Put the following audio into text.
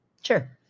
Sure